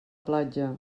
platja